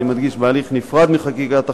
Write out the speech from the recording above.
אני מדגיש: בהליך נפרד מחקיקת החוק,